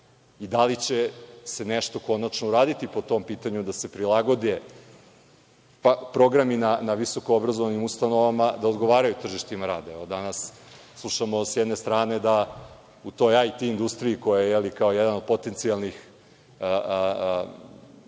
li će se nešto konačno uraditi po tom pitanju, da se prilagode programi na visoko-obrazovanim ustanovama, da odgovaraju tržištima rada? Evo danas slušamo sa jedne strane da u toj IT industriji, koja je jedan od potencijalnih grana